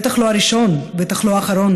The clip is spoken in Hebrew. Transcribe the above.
בטח לא הראשון, בטח לא האחרון,